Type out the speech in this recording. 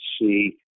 see